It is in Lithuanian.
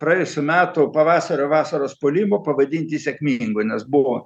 praėjusių metų pavasario vasaros puoliko pavadinti sėkmingu nes buvo